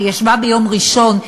שישבה ביום ראשון,